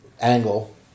angle